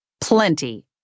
Plenty